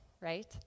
right